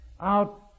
out